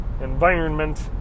environment